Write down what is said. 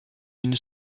une